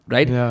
Right